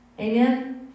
amen